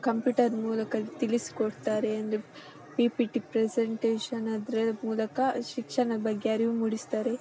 computer ಮೂಲಕ ತಿಳಿಸ್ಕೊಡ್ತಾರೆ ಅಂದರೆ ಪಿ ಪಿ ಟಿ ಪ್ರೆಸೆಂಟೇಷನ್ ಅದರೆ ಮೂಲಕ ಶಿಕ್ಷಣ ಬಗ್ಗೆ ಅರಿವು ಮೂಡಿಸ್ತಾರೆ